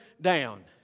down